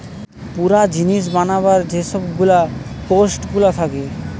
পুরা জিনিস বানাবার যে সব গুলা কোস্ট গুলা থাকে